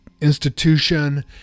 institution